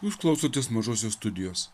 jūs klausotės mažosios studijos